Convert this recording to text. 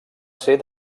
ser